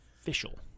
official